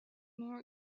more